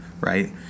right